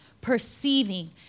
perceiving